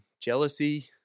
jealousy